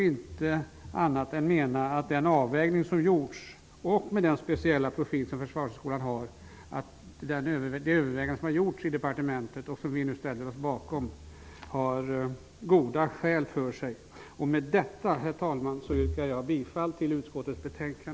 Jag kan dock inte mena annat än att de överväganden som gjorts i departementet och som vi nu ställer oss bakom har goda skäl för sig, med hänsyn tagen till Med detta yrkar jag bifall till utskottets hemställan.